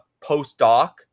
postdoc